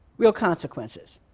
real consequences.